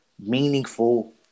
Meaningful